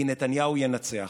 כי נתניהו ינצח